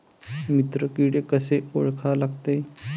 मित्र किडे कशे ओळखा लागते?